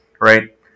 right